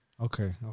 okay